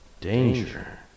danger